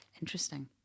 Interesting